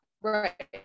right